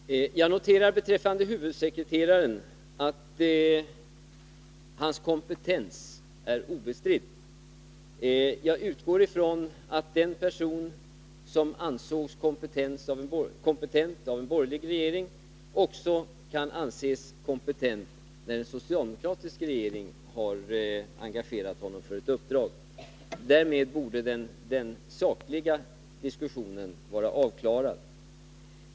Herr talman! Jag noterar beträffande huvudsekreteraren att hans kompetens är obestridd. Jag utgår ifrån att den person som ansågs kompetent av en borgerlig regering också kan anses kompetent när en socialdemokratisk regering har engagerat honom för ett uppdrag. Därmed borde den sakliga diskussionen vara avklarad.